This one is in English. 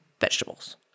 vegetables